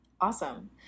awesome